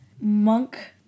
monk